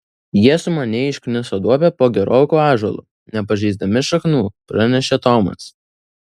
jie sumaniai iškniso duobę po geroku ąžuolu nepažeisdami šaknų pranešė tomas